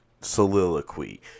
soliloquy